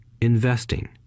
investing